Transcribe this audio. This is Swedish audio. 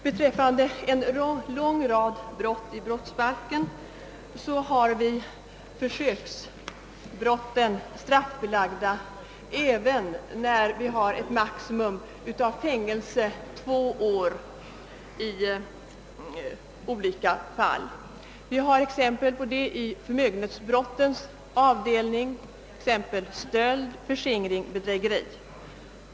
Beträffande en lång rad av brott i brottsbalken är försöksbrotten straffbelagda, även när maximistraffet är fängelse i två år. Vi har exempel på det i förmögenhetsbrottens avdelning, t.ex. i fråga om stöld, förskingring och bedrägeri.